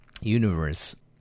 universe